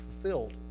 fulfilled